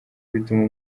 bituma